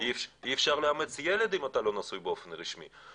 אי אפשר לאמץ ילד אם אתה לא נשוי באופן רשמי.